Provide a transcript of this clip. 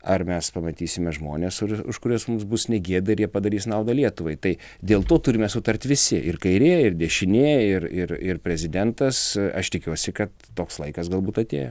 ar mes pamatysime žmones ir už kuriuos mums bus negėda ir jie padarys naudą lietuvai tai dėl to turime sutarti visi ir kairieji ir dešinieji ir ir ir prezidentas aš tikiuosi kad toks laikas galbūt atėjo